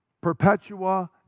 Perpetua